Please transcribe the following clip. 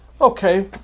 Okay